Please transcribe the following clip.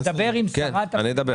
מי נגד?